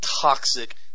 toxic